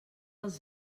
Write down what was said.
els